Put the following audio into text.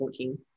14